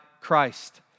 Christ